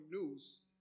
news